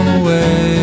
away